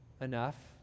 enough